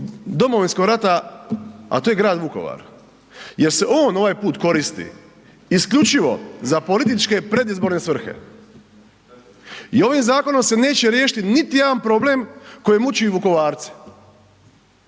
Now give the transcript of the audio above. Domovinskog rata, a to je grad Vukovar jer se on ovaj put koristi isključivo za političke, predizborne svrhe. I ovim zakonom se neće riješiti niti jedan problem koji muči Vukovarce.